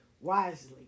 wisely